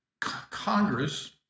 Congress